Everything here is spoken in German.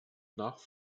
nach